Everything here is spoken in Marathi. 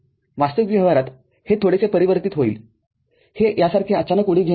वास्तविक व्यवहारात हे थोडेसे परिवर्तित होईल हे यासारखे अचानक उडी घेणार नाही